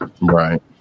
Right